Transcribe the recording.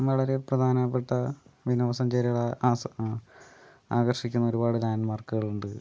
വളരെ പ്രധാനപ്പെട്ട വിനോദ സഞ്ചാരികളെ അസ ആകർഷിക്കുന്ന ഒരുപാട് ലാൻഡ്മാർക്കുകൾ ഉണ്ട്